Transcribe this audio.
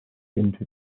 into